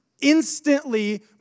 instantly